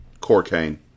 Cocaine